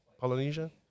Polynesia